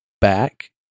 back